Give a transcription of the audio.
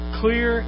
clear